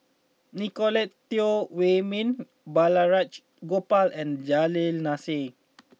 Nicolette Teo Wei Min Balraj Gopal and Nasir Jalil